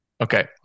Okay